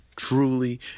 truly